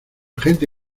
gente